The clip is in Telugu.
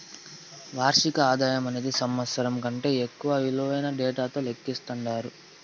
వార్షిక ఆదాయమనేది సంవత్సరం కంటే తక్కువ ఇలువైన డేటాతో లెక్కిస్తండారు